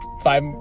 five